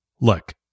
Look